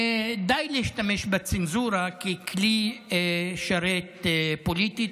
די להשתמש בצנזורה ככלי שרת פוליטי.